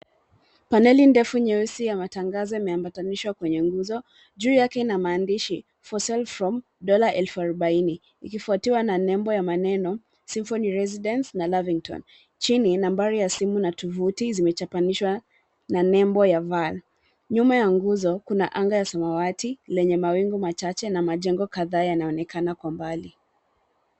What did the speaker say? Paneli ndefu nyeusi ya matangazo imeambatanishwa kwenye nguzo. Juu yake ina maandishi for sale from $40,000 ikifuatiwa na nembo ya maneno symphony residence na Lavington . Chini, nambari ya simu na tovuti zimechapanishwa na nembo ya Vaal . Nyuma ya nguzo kuna anga ya samawati lenye mawingu machache na majengo kadhaa yanaonekana kwa mbali.